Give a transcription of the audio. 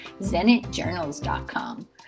zenitjournals.com